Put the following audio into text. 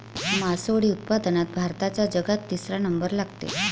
मासोळी उत्पादनात भारताचा जगात तिसरा नंबर लागते